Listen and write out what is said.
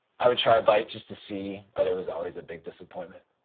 i would try a bite just to see, but it was always a big disappointment.